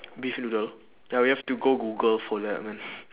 beef noodle ya we have to go google for that man